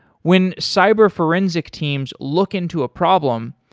when cyber forensics teams look into a problem,